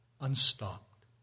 unstopped